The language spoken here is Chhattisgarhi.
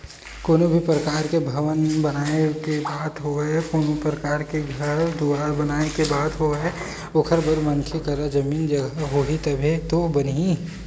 कोनो भी परकार के भवन बनाए के बात होवय कोनो परकार के घर दुवार बनाए के बात होवय ओखर बर मनखे करा जमीन जघा होही तभे तो बनही